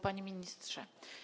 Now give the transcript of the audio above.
Panie Ministrze!